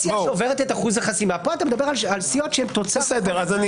האפשרות למישהו שנבחר לביות חבר כנסת - לחזור להיות חבר כנסת.